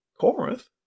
Corinth